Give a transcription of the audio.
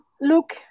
look